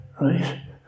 right